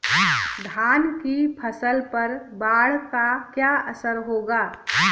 धान की फसल पर बाढ़ का क्या असर होगा?